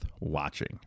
watching